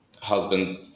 Husband